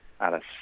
Alice